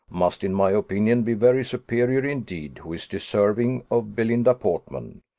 must, in my opinion, be very superior indeed who is deserving of belinda portman.